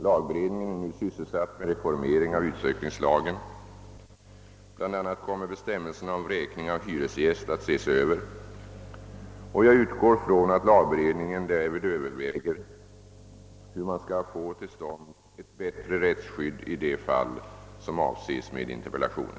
Lagberedningen är nu sysselsatt med reformering av utsökningslagen. Bl. a. kommer bestämmelserna om vräkning av hyresgäst att ses över. Jag utgår från att lagberedningen därvid överväger hur man skall få till stånd ett bättre rättsskydd i de fall som avses med interpellationen.